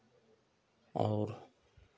और